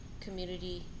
community